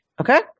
okay